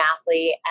athlete